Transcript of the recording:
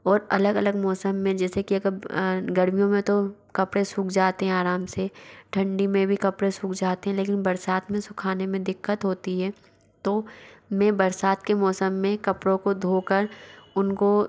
और अलग अलग मौसम में जैसे की अगब गर्मियों में तो कपड़े सूख जाते हैं आराम से ठंडी में भी कपड़े सूख जाते है लेकिन बरसात में सुखाने में दिक्कत होती है तो मैं बरसात के मौसम में कपड़ों को धो कर उनको